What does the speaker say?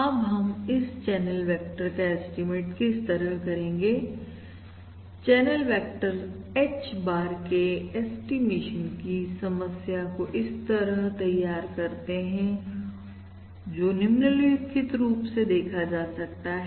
अब हम इस चैनल वेक्टर का एस्टीमेट किस तरह करेंगे चैनल वेक्टर H bar के ऐस्टीमेशन की समस्या को इस तरह तैयार करते हैं और जो निम्नलिखित रूप से देखा जा सकता है